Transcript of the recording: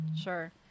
sure